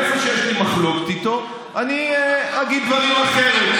איפה שיש לי מחלוקת איתו אני אגיד דברים אחרים.